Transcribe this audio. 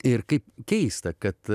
ir kaip keista kad